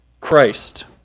Christ